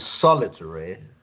solitary